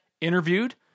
interviewed